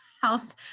House